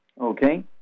okay